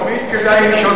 תמיד כדאי לישון